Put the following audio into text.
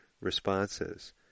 responses